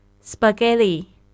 Spaghetti